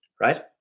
right